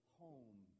home